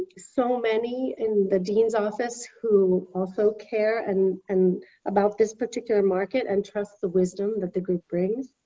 so many in the dean's office who also care and and about this particular market and trust the wisdom that the group brings.